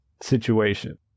situation